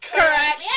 correct